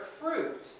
fruit